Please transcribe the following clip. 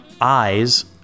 eyes